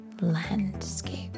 landscape